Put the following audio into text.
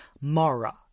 Mara